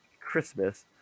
Christmas